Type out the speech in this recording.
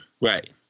right